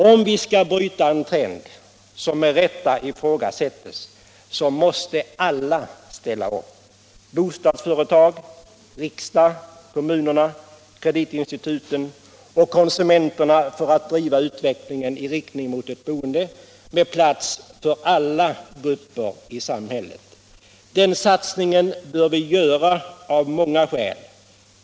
Om vi skall bryta en trend som med rätta ifrågasätts, så måste alla ställa upp — bostadsföretag, riksdag, kommunerna, kreditinstituten och konsumenterna — för att driva utvecklingen i riktning mot ett boende med plats för alla grupper i samhället. Den satsningen bör vi göra av många skäl.